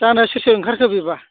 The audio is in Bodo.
जानो सोर सोर ओंखारखो बेबा